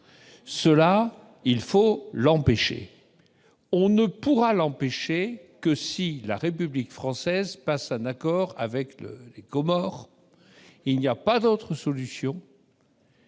Il faut l'empêcher, ce qui ne pourra se faire que si la République française passe un accord avec les Comores : il n'y a pas d'autre solution,